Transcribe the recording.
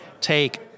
take